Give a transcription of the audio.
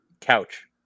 Couch